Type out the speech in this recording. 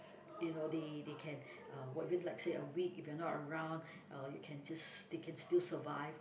you know they they can uh like say a week if you are not around uh you can just they can still survive